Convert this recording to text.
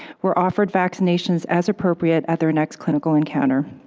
were offered vaccinations as appropriate at their next clinical encounter.